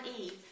Eve